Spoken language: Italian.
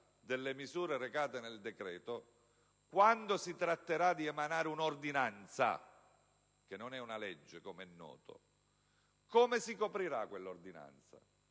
delle misure recate nel decreto, quando si tratterà di emanare un'ordinanza, che come è noto non è una legge, come si coprirà quella ordinanza?